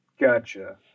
Gotcha